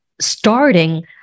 starting